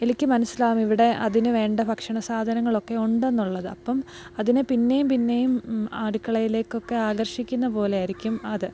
എലിക്ക് മനസ്സിലാവും ഇവിടെ അതിന് വേണ്ട ഭക്ഷണ സാധനങ്ങളൊക്കെ ഉണ്ടെന്നുള്ളത് അപ്പോള് അതിനെ പിന്നെയും പിന്നെയും അടുക്കളയിലേക്കൊക്കെ ആകർഷിക്കുന്ന പോലെയായിരിക്കും അത്